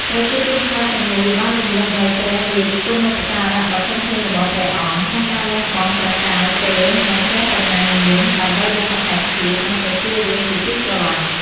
ប្រជាជនខ្មែរទាំងមូលបានរម្លឹកនូវព្រះរាជគុណូបការៈដ៏ធំធេងរបស់ព្រះអង្គ ក្នុងការលះបង់ព្រះកាយពល និងព្រះបញ្ញាញាណ ដើម្បីបុព្វហេតុជាតិ និងប្រជារាស្ត្រជាទីស្រឡាញ់។